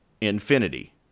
infinity